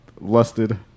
lusted